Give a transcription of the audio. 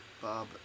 Bob